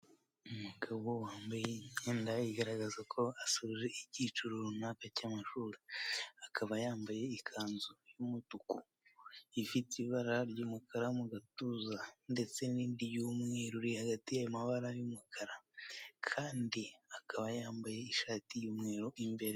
Umugabo wambaye imyenda igaragaza ko asoje icyiciro runaka cy'amashuri. Akaba yambaye ikanzu y'umutuku, ifite ibara ry'umukara mu gatuza ndetse n'indi y'umweru iri hagati y'ayo mabara y'umukara, kandi akaba yambaye ishati y'umweru imbere.